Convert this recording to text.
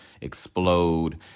Explode